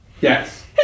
Yes